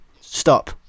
stop